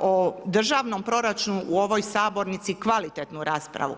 o državnom proračunu u ovoj sabornici kvalitetnu raspravu.